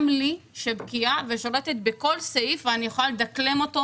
גם לי שבקיאה ושולטת בכל לסעיף ואני יכולה לדקלם אותו